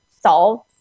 solve